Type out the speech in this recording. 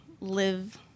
live